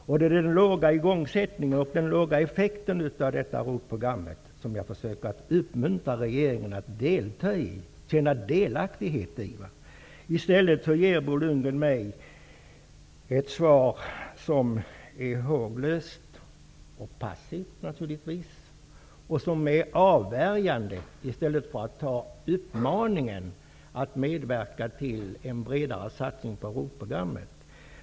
Jag försöker uppmuntra regeringen att känna delaktighet i den bristande igångsättningen och den låga effekten av ROT-programmet. I stället ger Bo Lundgren mig ett svar som är håglöst och passivt. Det är avvärjande, i stället för att ta uppmaningen att medverka till en bredare satsning på ROT programmet.